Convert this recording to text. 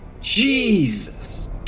Jesus